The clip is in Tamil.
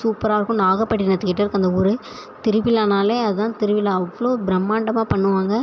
சூப்பராக இருக்கும் நாகப்பட்டினத்துக்கிட்டே இருக்குது அந்த ஊர் திருவிழானாலே அதான் திருவிழா அவ்வளோ பிரம்மாண்டமாக பண்ணுவாங்க